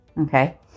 Okay